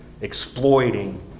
Exploiting